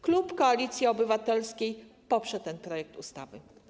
Klub Koalicji Obywatelskiej poprze ten projekt ustawy.